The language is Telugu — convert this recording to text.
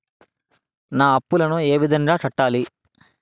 నా అప్పులను ఏ విధంగా కట్టాలి?